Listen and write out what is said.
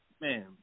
Man